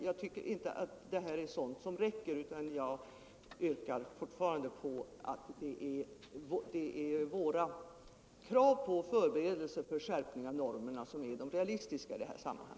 Jag tycker inte att det räcker. Jag vidhåller att våra krav på en förberedelse av en skärpning av normerna är realistiska i detta sammanhang.